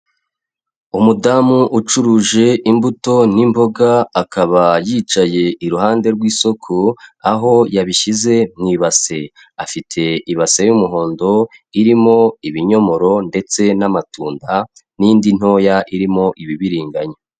Umudamu ucuruje imbuto n'imboga akaba yicaye iruhande rw'isoko aho yabishyize mu ibase, afite ibase y'umuhondo irimo ibinyomoro ndetse n'amatunda, n'indi ntoya irimo ibibiringanya.